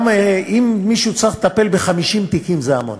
גם אם מישהו צריך לטפל ב-50 תיקים זה המון.